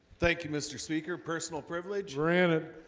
thank you mr. speaker personal privilege granted